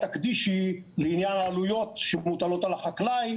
תקדישי לעניין העלויות שמוטלות על החקלאי,